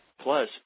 plus